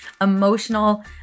emotional